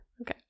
Okay